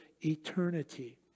eternity